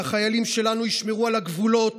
שהחיילים שלנו ישמרו על הגבולות,